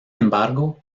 embargo